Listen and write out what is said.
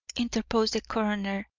interposed the coroner,